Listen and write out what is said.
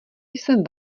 jsem